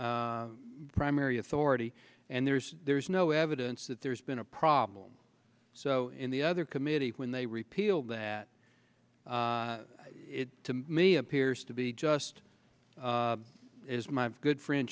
primary authority and there's there's no evidence that there's been a problem so in the other committee when they repealed that it to me appears to be just as my good friend